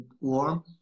warm